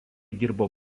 dirbo